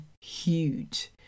huge